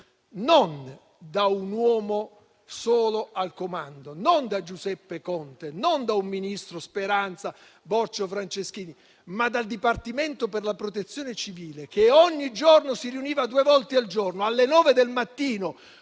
non da un uomo solo al comando, non da Giuseppe Conte, non da un Ministro, Speranza, Boccia o Franceschini, ma dal Dipartimento per la protezione civile, che ogni giorno si riuniva due volte al giorno, alle 9 del mattino,